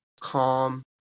calm